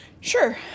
Sure